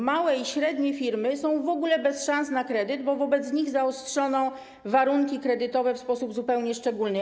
Małe i średnie firmy są w ogóle bez szans na kredyt, bo wobec nich zaostrzono warunki kredytowe w sposób zupełnie szczególny.